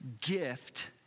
gift